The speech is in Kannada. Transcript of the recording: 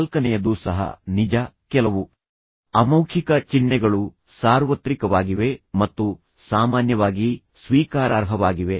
ನಾಲ್ಕನೆಯದು ಸಹ ನಿಜ ಕೆಲವು ಅಮೌಖಿಕ ಚಿಹ್ನೆಗಳು ಸಾರ್ವತ್ರಿಕವಾಗಿವೆ ಮತ್ತು ಸಾಮಾನ್ಯವಾಗಿ ಸ್ವೀಕಾರಾರ್ಹವಾಗಿವ